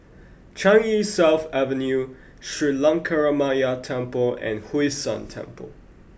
Changi South Avenue Sri Lankaramaya Temple and Hwee San Temple